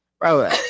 bro